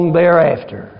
thereafter